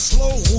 Slow